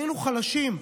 היינו חלשים,